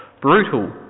brutal